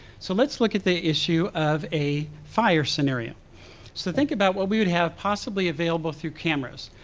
so let's look at the issue of a fire scenario. so think about what we would have possibly available through cameras.